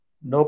No